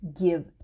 give